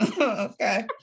okay